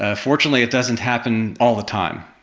ah fortunately it doesn't happen all the time,